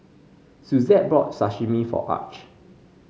Suzette bought Sashimi for Arch